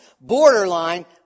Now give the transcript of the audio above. borderline